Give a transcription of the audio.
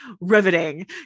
riveting